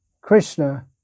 Krishna